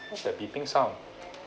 what's the beeping sound